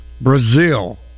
Brazil